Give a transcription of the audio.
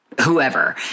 whoever